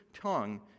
tongue